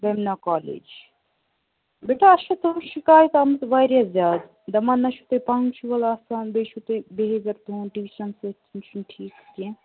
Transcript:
بیٚمنا college بیٹا اَسہِ چھُ تُہٕنٛز شِکایت آمٕژ واریاہ زیادٕ دپان نہ چھِوتُہۍ پنگچُووَل آسان بییٚہِ چھُ تُہۍ بِہیوِیر تُہُنٛد تہِ یُس زَن چھُ سُہ چھُ نہٕ ٹھیٖک کیٚنٛہہ